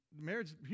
marriage